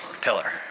pillar